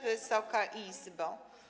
Wysoka Izbo!